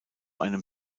einem